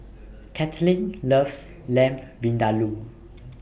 Caitlynn loves Lamb Vindaloo